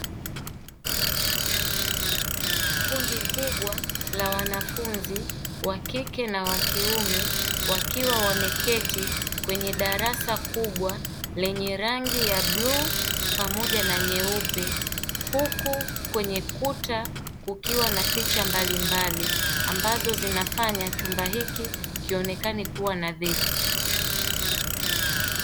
Kundi kubwa la wanafunzi wa kike na wa kiume wakiwa wameketi kwenye darasa kubwa lenye rangi ya bluu pamoja na nyeupe, huku kwenye kuta kukiwa na picha mbalimbali ambazo zinafanya chumba hiki kionekane kuwa nadhifu.